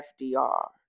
FDR